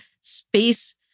space